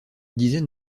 dizaine